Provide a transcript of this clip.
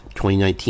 2019